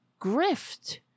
grift